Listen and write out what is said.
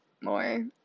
more